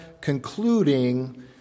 concluding